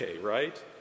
right